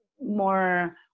more